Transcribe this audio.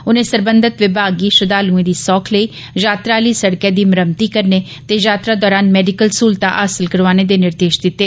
उनें सरबंधत विभाग गी श्रद्धाल्एं दी सौख लेई यात्रा आली सड़कै दी मरम्मती करने ते यात्रा दौरान मैडिकल सहलतां हासल करोआने दे निर्देश दिते